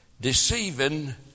deceiving